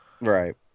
right